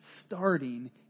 starting